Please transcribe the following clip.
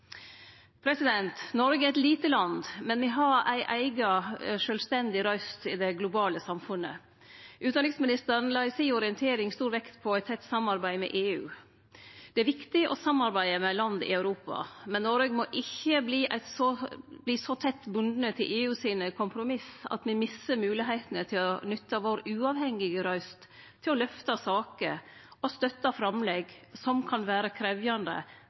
Noreg er eit lite land, men me har ei eiga, sjølvstendig røyst i det globale samfunnet. Utanriksministeren la i si orientering stor vekt på eit tett samarbeid med EU. Det er viktig å samarbeide med land i Europa, men Noreg må ikkje verte så tett bunde til EU sine kompromiss at me mistar moglegheitene til å nytte vår uavhengige røyst til å løfte saker og støtte framlegg som kan vere krevjande